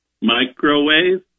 microwave